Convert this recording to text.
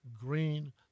green